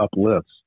uplifts